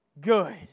good